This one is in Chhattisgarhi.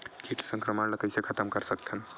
कीट संक्रमण ला कइसे खतम कर सकथन?